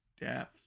death